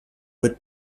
mit